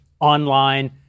online